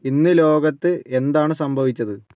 ഇന്ന് ലോകത്ത് എന്താണ് സംഭവിച്ചത്